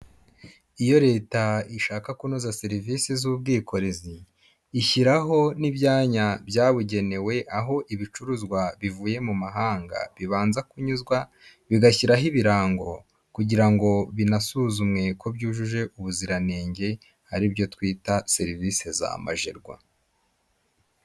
Iyo leta ishaka kunoza serivisi z'ubwikorezi ishyiraho n'ibyanya byabugenewe aho ibicuruzwa bivuye mu mahanga bibanza kunyuzwa bigashyiraho ibirango kugira ngo binasuzumwe ko byujuje ubuziranenge aribyo twita serivisi za majerwa.